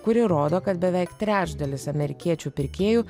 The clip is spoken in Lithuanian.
kuri rodo kad beveik trečdalis amerikiečių pirkėjų